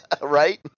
Right